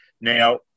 Now